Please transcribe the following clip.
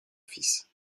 fils